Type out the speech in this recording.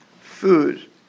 food